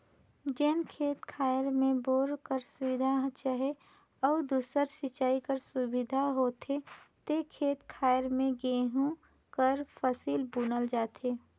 जेन खेत खाएर में बोर कर सुबिधा चहे अउ दूसर सिंचई कर सुबिधा होथे ते खेत खाएर में गहूँ कर फसिल बुनल जाथे